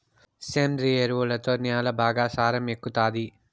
సేంద్రియ ఎరువుతో న్యాల బాగా సారం ఎక్కుతాది